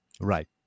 Right